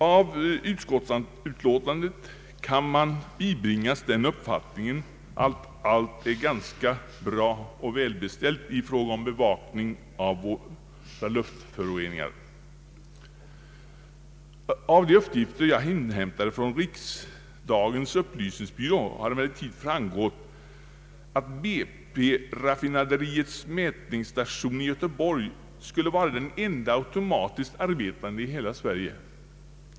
Av utskottsutlåtandet bibringas vi den uppfattningen att allt är ganska bra och välbeställt i fråga om bevakning av luftföroreningar. Av de uppgifter jag inhämtat från riksdagens upplysningstjänst har emellertid framgått, att BP raffinaderiets mätningsstation i Göteborg skulle vara den enda automatiskt arbetande i hela Sverige.